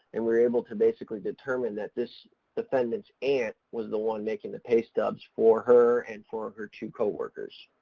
and we were able to basically determine that this defendant's aunt was the one making the pay stubs for her and for her two co-workers.